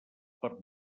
pels